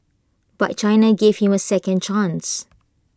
but China gave him A second chance